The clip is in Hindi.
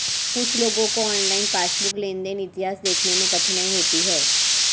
कुछ लोगों को ऑनलाइन पासबुक लेनदेन इतिहास देखने में कठिनाई होती हैं